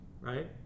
right